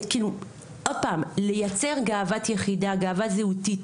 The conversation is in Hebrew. צריך לייצר גאוות יחידה, גאווה זהותית.